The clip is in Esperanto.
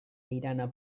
irana